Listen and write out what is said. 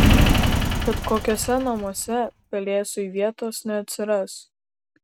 tad kokiuose namuose pelėsiui vietos neatsiras